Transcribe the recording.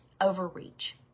overreach